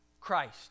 Christ